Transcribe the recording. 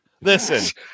Listen